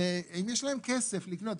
האם יש להם כסף לקנות.